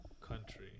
country